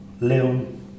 Leon